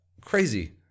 Crazy